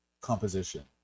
composition